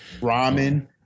Ramen